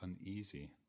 uneasy